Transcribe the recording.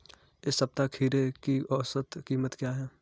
इस सप्ताह खीरे की औसत कीमत क्या है?